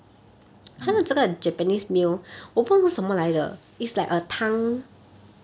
mm